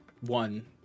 one